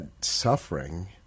suffering